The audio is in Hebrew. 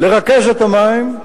לרכז את המים,